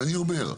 אני אומר,